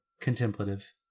contemplative